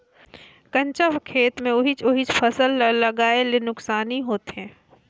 कंचा खेत मे ओहिच ओहिच फसल ल लगाये ले नुकसानी होथे